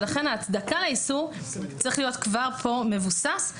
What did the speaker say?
ולכן ההצדקה לאיסור צריכה להיות כבר כאן מבוססת